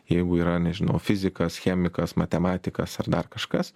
jeigu yra nežinau fizikas chemikas matematikas ar dar kažkas